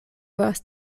volas